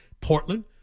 Portland